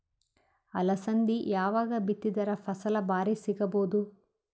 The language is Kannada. ಅಲಸಂದಿ ಯಾವಾಗ ಬಿತ್ತಿದರ ಫಸಲ ಭಾರಿ ಸಿಗಭೂದು?